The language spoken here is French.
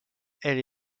elle